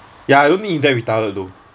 ya I don't think he that retarded though